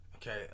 Okay